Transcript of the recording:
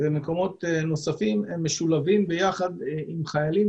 ומקומות נוספים הם משולבים ביחד עם חיילים